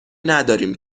نداریم